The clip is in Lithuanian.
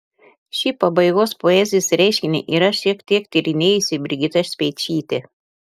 šį pabaigos poezijos reiškinį yra šiek tiek tyrinėjusi brigita speičytė